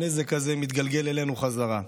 הנזק הזה מתגלגל אלינו בחזרה.